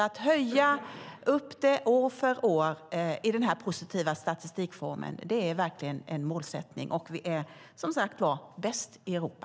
Att höja debutåldern år för år i den här positiva statistiken är verkligen en målsättning, och vi är som sagt var bäst i Europa.